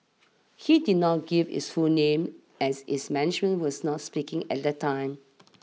he did not give his full name as his management was not speaking at that time